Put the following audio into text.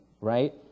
right